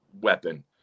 weapon